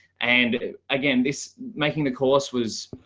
and again, this making the course was